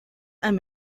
and